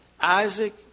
Isaac